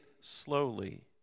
slowly